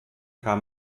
kam